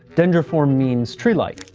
dendriform means tree like.